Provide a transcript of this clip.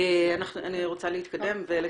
אני רוצה להתקדם ולסיים.